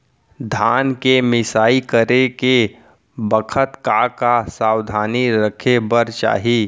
धान के मिसाई करे के बखत का का सावधानी रखें बर चाही?